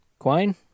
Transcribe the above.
Quine